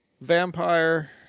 vampire